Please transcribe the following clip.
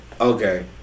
Okay